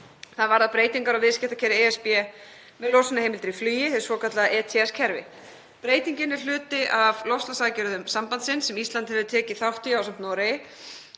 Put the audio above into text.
Það varðar breytingar á viðskiptakerfi ESB með losunarheimildir í flugi, hið svokallaða ETS-kerfi. Breytingin er hluti af loftslagsaðgerðum sambandsins sem Ísland hefur tekið þátt í ásamt Noregi.